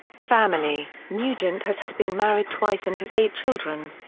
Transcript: family nugent has had been married twice and has eight children.